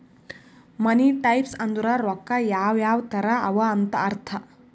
ಮನಿ types ಅಂದುರ್ ರೊಕ್ಕಾ ಯಾವ್ ಯಾವ್ ತರ ಅವ ಅಂತ್ ಅರ್ಥ